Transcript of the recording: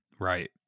Right